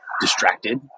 distracted